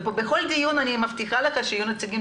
ובכל דיון אני מבטיחה לך שיהיו נציגים